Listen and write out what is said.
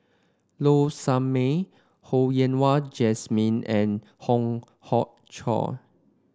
Low Sanmay Ho Yen Wah Jesmine and Hong Hong Chiok